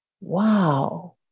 wow